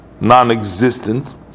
non-existent